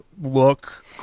look